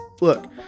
Look